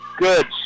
Good